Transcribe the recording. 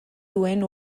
duen